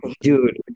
Dude